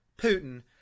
Putin